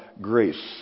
grace